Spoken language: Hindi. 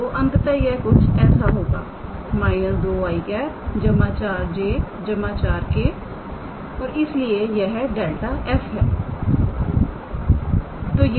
तो अंततः यह कुछ ऐसा होगा −2𝑖̂ 4𝑗̂ 4𝑘̂ और इसलिए यह ∇⃗ 𝑓 है